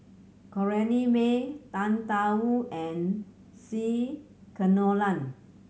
Corrinne May Tang Da Wu and C Kunalan